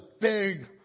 big